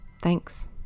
Thanks